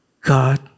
God